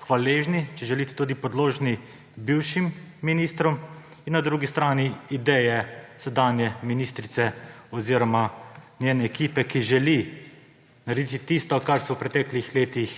hvaležni, če želite tudi podložni bivšim ministrom, in na drugi strani ideje sedanje ministrice oziroma njene ekipe, ki želi narediti tisto, česar se v preteklih letih